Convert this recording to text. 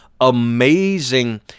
amazing